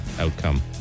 outcome